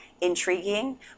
intriguing